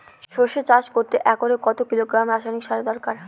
সরষে চাষ করতে একরে কত কিলোগ্রাম রাসায়নি সারের দরকার?